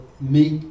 make